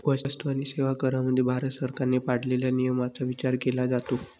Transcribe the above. वस्तू आणि सेवा करामध्ये भारत सरकारने पाळलेल्या नियमांचा विचार केला जातो